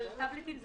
יש